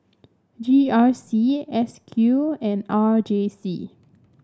G R C S Q and R J C